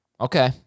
Okay